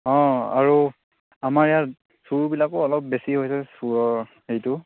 অঁ অঁ আৰু আমাৰ ইয়াত চুৰবিলাকো অলপ বেছি হৈছে চুৰৰ হেৰিটো